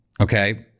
okay